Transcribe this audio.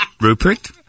Rupert